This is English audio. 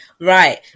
Right